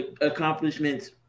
accomplishments